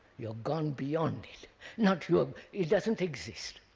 you gone beyond it not you, ah it doesn't exist.